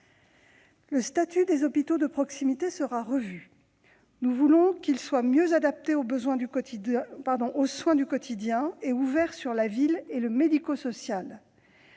Le statut des hôpitaux de proximité sera revu. Nous voulons que ces derniers soient mieux adaptés aux soins du quotidien et ouverts sur la ville et le médico-social.